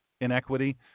inequity